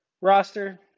roster